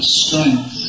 strength